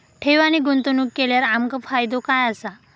ठेव आणि गुंतवणूक केल्यार आमका फायदो काय आसा?